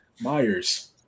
Myers